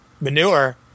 manure